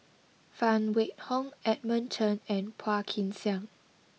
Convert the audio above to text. Phan Wait Hong Edmund Chen and Phua Kin Siang